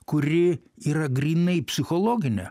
kuri yra grynai psichologinė